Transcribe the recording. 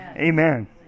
Amen